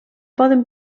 poden